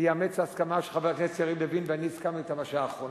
יאמץ את ההסכמה שחבר הכנסת יריב לוין ואני הסכמנו אתם בשעה האחרונה.